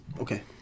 Okay